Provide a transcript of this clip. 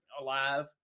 alive